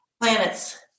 planets